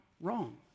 wrong